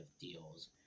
deals